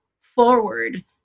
forward